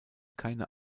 keine